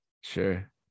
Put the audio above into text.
Sure